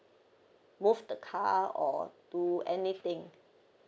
move the car or do anything